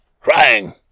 crying